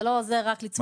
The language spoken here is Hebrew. זה לא עוזר רק לצמוח.